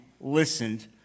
listened